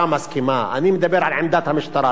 אני מדבר על עמדת המשטרה, לא על עמדת בית-המשפט.